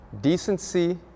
decency